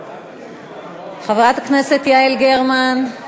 חברת הכנסת יעל גרמן,